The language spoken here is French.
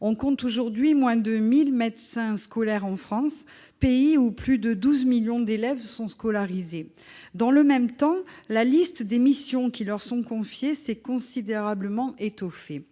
On compte aujourd'hui moins de 1 000 médecins scolaires en France, pays où plus de 12 millions d'élèves sont scolarisés. Dans le même temps, la liste des missions qui leur sont confiées s'est considérablement étoffée.